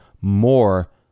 more